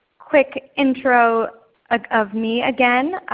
quick intro of me again,